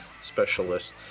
specialist